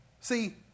See